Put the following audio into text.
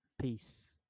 Peace